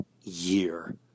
year